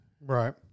Right